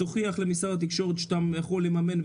תוכיח למשרד התקשורת שאתה יכול לממן.